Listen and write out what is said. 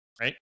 right